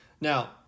Now